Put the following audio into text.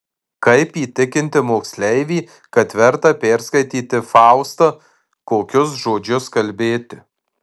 kaip įtikinti moksleivį kad verta perskaityti faustą kokius žodžius kalbėti